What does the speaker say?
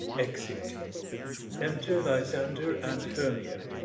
exit enter lysander and hermia